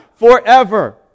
Forever